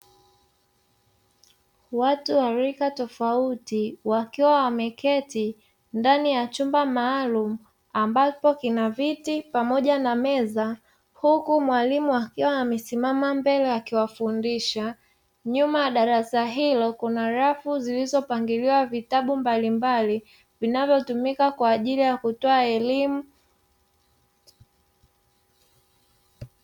Watu wa rika tofauti wakiwa wameketi ndani ya chumba maalumu ambapo kina viti pamoja na meza; huku mwalimu akiwa amesimama mbele akiwafundisha, nyuma ya darasa hilo kuna rafu zilizopangiliwa vitabu mbalimbali vinavyotumika kwa ajili ya kutoa elimu.